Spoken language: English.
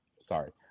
Sorry